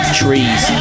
trees